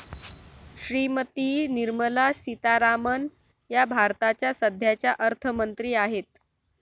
श्रीमती निर्मला सीतारामन या भारताच्या सध्याच्या अर्थमंत्री आहेत